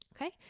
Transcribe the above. Okay